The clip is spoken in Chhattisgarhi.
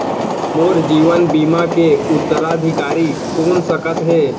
मोर जीवन बीमा के उत्तराधिकारी कोन सकत हे?